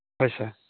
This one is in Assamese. হয় ছাৰ